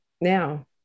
now